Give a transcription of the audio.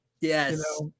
Yes